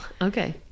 Okay